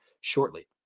shortly